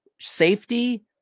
safety